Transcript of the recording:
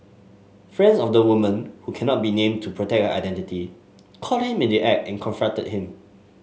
friends of the woman who cannot be named to protect identity caught him in the act and confronted him